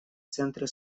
центре